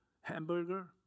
hamburger